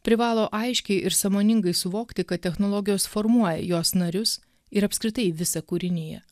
privalo aiškiai ir sąmoningai suvokti kad technologijos formuoja jos narius ir apskritai visa kūriniją